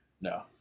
No